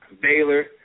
Baylor